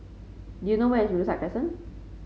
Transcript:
do you know where is Riverside Crescent